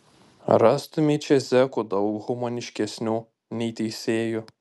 rastumei čia zekų daug humaniškesnių nei teisėjų